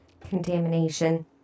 Contamination